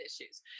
issues